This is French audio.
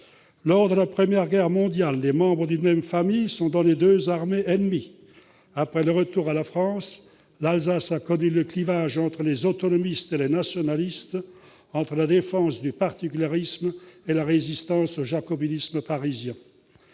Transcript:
Lors de la Première Guerre mondiale, des membres d'une même famille se sont trouvés dans les deux armées ennemies. Après le retour à la France, l'Alsace a connu le clivage entre les autonomistes et les nationalistes, entre la défense du particularisme et la résistance au jacobinisme parisien.